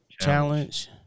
challenge